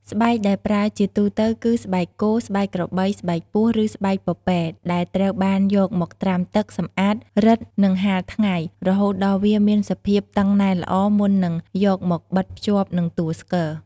ស្បែកដែលប្រើជាទូទៅគឺ ស្បែកគោ ស្បែកក្របី ស្បែកពស់ ឬស្បែកពពែ ដែលត្រូវបានយកមកត្រាំទឹក សម្អាត រឹត និងហាលថ្ងៃ រហូតដល់វាមានសភាពតឹងណែនល្អ មុននឹងយកមកបិទភ្ជាប់នឹងតួស្គរ។